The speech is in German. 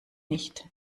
nicht